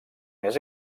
més